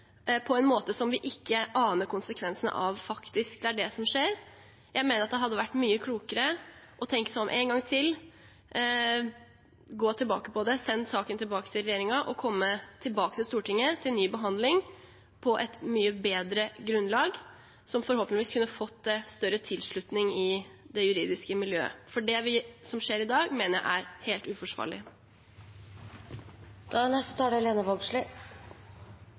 på en måte som vi ikke aner konsekvensen av. Det er faktisk det som skjer. Jeg mener at det hadde vært mye klokere å tenke slik: én gang til, gå tilbake på det, sende saken tilbake til regjeringen og komme tilbake til Stortinget med ny behandling på et mye bedre grunnlag, som forhåpentligvis kunne fått større tilslutning i det juridiske miljøet. For det som skjer i dag, mener jeg er helt uforsvarlig. Eg er